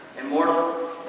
immortal